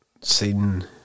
seen